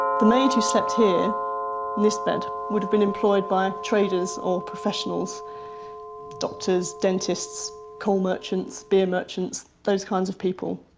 the maid who slept here in this bed would have been employed by traders or professionals doctors, dentists, coal merchants, beer merchants, those kinds of people.